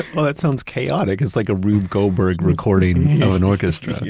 well, that sounds chaotic. it's like a rube goldberg recording of an orchestra.